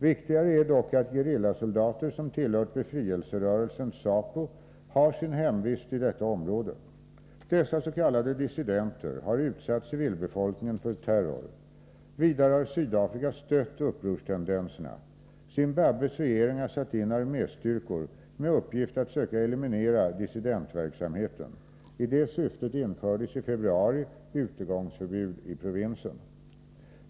Viktigare är dock att gerillasoldater som tillhört befrielserörelsen ZAPU har sin hemvist i detta område. Dessa s.k. dissidenter har utsatt civilbefolkningen för terror. Vidare har Sydafrika stött upprorstendenserna. Zimbabwes regering har satt in arméstyrkor med uppgift att söka eliminera dissidentverksamheten. I det syftet infördes i februari utegångsförbud i provinsen.